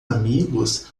amigos